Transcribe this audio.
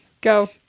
go